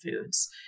foods